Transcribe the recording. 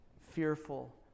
fearful